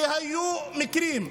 כי היו מקרים.